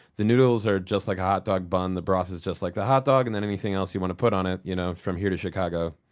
the noodles are just like a hot dog bun, the broth is just like the hot dog, and anything else you want to put on it you know from here to chicago,